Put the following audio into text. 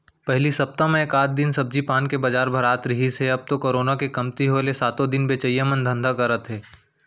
पहिली सप्ता म एकात दिन सब्जी पान के बजार भरात रिहिस हे अब तो करोना के कमती होय ले सातो दिन बेचइया मन धंधा करत हे